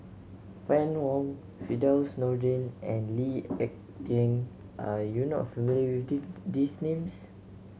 Fann Wong Firdaus Nordin and Lee Ek Tieng are you not familiar with these names